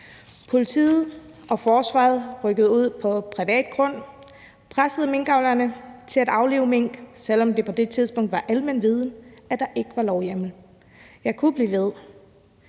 Politiet og forsvaret rykkede ud på privat grund og pressede minkavlerne til at aflive mink, selv om det på det tidspunkt var almen viden, at der ikke var lovhjemmel. Jeg kunne blive ved.